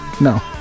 No